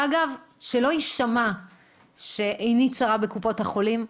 אגב, שלא יישמע שעיני צרה בקופות החולים.